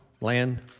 land